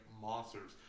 monsters